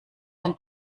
den